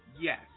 Yes